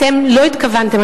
אתם לא התכוונתם,